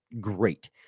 great